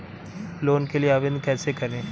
Loan के लिए आवेदन कैसे करें?